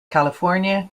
california